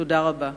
תודה רבה.